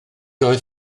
oedd